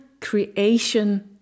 creation